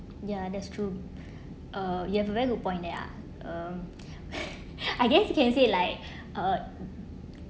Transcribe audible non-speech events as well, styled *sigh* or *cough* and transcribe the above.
ya that's true uh you have a very good point there are uh *laughs* I guess you can say like uh